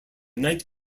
night